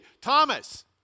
Thomas